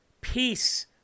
Peace